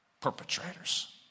perpetrators